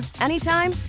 anytime